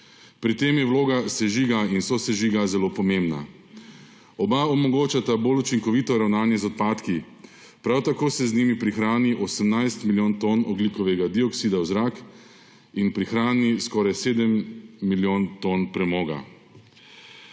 Pri tem je vloga sežiga in sosežiga zelo pomembna. Oba omogočata bolj učinkovito ravnanje z odpadki. Prav tako se z njimi prihrani 18 milijonov ton ogljikovega dioksida v zrak in prihrani skoraj 7 milijonov ton premoga.